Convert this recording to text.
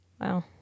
Wow